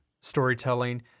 storytelling